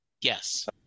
Yes